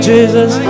Jesus